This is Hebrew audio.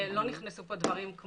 לא נכנסו פה דברים,